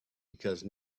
because